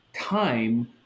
Time